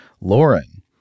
Lauren